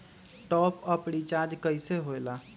Top up recharge कइसे होएला?